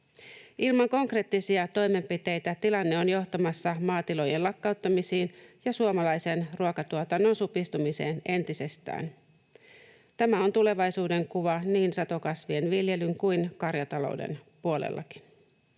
Ilman konkreettisia toimenpiteitä tilanne on johtamassa maatilojen lakkauttamisiin ja suomalaisen ruokatuotannon supistumiseen entisestään. Tämä on tulevaisuudenkuva niin satokasvien viljelyn kuin karjatalouden puolellakin.